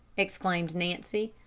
exclaimed nancy.